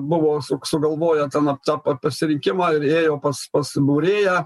buvo sug sugalvoję ten aptą pa pasirinkimą ir ėjo pas pas būrėją